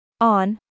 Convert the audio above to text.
On